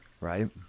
right